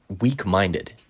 weak-minded